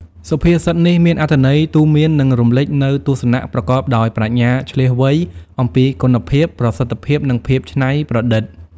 សុភាសិតនេះ មានអត្ថន័យទូន្មាន និងរំលេចនូវទស្សនៈប្រកបដោយប្រាជ្ញាឈ្លាសវៃ អំពីគុណភាព ប្រសិទ្ធភាព និងភាពច្នៃប្រឌិត។